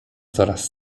coraz